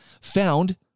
found